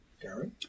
Gary